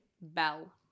Bell